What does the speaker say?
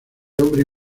hombre